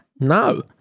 no